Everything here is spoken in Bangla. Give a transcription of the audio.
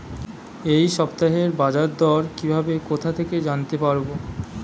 এই সপ্তাহের বাজারদর কিভাবে কোথা থেকে জানতে পারবো?